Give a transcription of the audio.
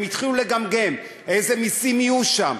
הם התחילו לגמגם: איזה מסים יהיו שם,